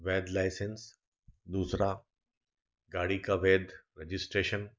वैध लाइसेन्स दूसरा गाड़ी का वैध रजिस्ट्रेशन